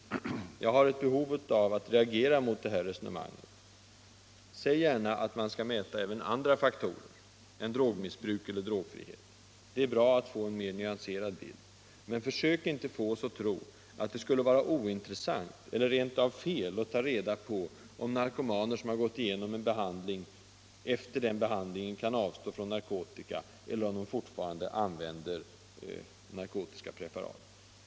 Jag har ett behov av att reagera mot detta resonemang. Säg gärna att man skall mäta även andra faktorer än drogmissbruk eller drogfrihet. Det är bra att få en mer nyanserad bild. Men försök inte få oss att tro att det skulle vara ointressant eller rent av fel att ta reda på om narkomaner som gått igenom en behandling kan avstå från narkotika, eller om de fortfarande använder narkotiska preparat.